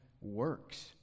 works